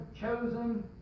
chosen